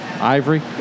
ivory